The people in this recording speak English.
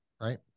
right